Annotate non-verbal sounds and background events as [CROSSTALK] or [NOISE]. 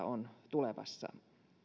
[UNINTELLIGIBLE] on tulevassa